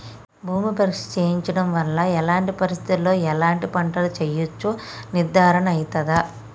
భూమి పరీక్ష చేయించడం వల్ల ఎలాంటి పరిస్థితిలో ఎలాంటి పంటలు వేయచ్చో నిర్ధారణ అయితదా?